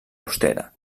austera